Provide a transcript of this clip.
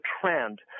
trend